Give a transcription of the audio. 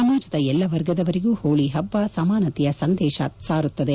ಸಮಾಜದ ಎಲ್ಲಾ ವರ್ಗದವರಿಗೂ ಹೋಳಿ ಹಬ್ಬ ಸಮಾನತೆಯ ಸಂದೇಶ ಸಾರುತ್ತದೆ